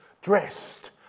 dressed